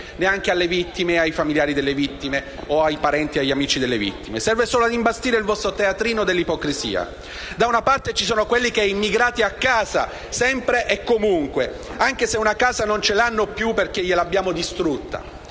neanche alle vittime e ai familiari delle vittime o ai loro parenti e amici. Serve solo ad imbastire il vostro teatrino dell'ipocrisia: da una parte ci sono quelli che «immigrati a casa, sempre e comunque» (anche se una casa non ce l'hanno più, perché gliel'abbiamo distrutta);